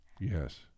Yes